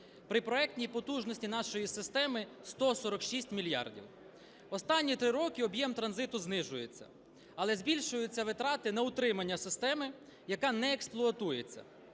при проектній потужності нашої системи 146 мільярдів. Останні три роки об'єм транзиту знижується, але збільшуються витрати на утримання системи, яка не експлуатується.